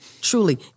Truly